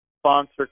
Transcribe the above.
sponsor